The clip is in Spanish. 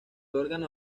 órgano